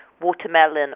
watermelon